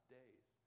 days